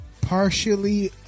partially